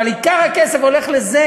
אבל עיקר הכסף הולך לזה.